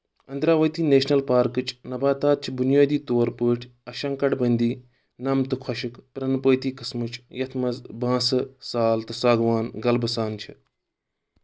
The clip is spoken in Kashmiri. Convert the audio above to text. اندراؤتی نیشنل پارکٕچ نباتات چھِ بنیٲدی طور پٲٹھۍ اشنکڑبندی نم تہٕ خۄشک پرنپٲتی قسمٕچ یَتھ منٛز بانٛسہٕ سال تہٕ ساگوان غَلبہٕ سان چھِ